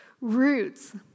roots